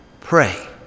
pray